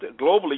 globally